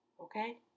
Okay